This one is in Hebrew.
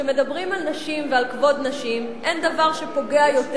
כשמדברים על נשים ועל כבוד נשים אין דבר שפוגע יותר